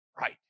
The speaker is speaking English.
right